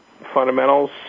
fundamentals